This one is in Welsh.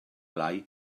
lai